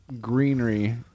greenery